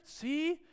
See